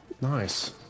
nice